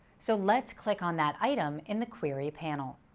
so let's click on that item in the query panel.